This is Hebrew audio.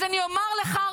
אז אני אומר לך,